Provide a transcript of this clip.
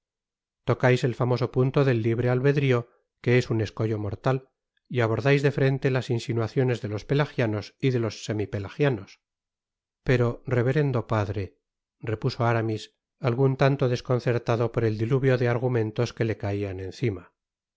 tocais el famoso punto del libre aivedrio que es un escollo mortal y abordais de frente las insinuaciones de los pelagianos y de los semi pelagianos pero reverendo padre repuso aramis algun tanto desconcertado por el diluvio de argumentos que le caian